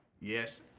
Yes